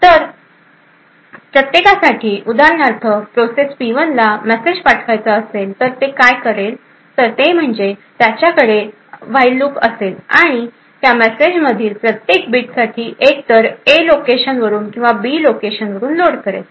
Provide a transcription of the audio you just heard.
तर प्रत्येकासाठी उदाहरणार्थ प्रोसेस पी 1 ला मेसेज पाठवायचा असेल तर ते काय करेल तर ते म्हणजे त्याच्याकडे व्हाईल लूप असेल आणि त्या मेसेजमधील प्रत्येक बिटसाठी एकतर ए लोकेशन वरून किंवा बी लोकेशनवरून लोड करेल